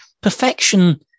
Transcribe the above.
perfection